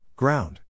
Ground